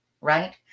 right